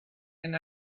and